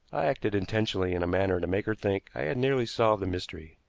i acted intentionally in a manner to make her think i had nearly solved the mystery.